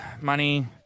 money